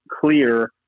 clear